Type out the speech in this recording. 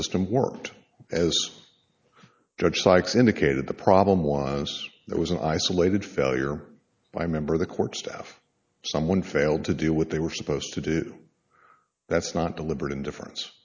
system worked as judge sykes indicated the problem was that was an isolated failure by member of the court staff someone failed to do what they were supposed to do that's not deliberate indifference